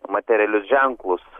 materialius ženklus